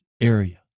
area